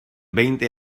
veinte